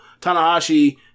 Tanahashi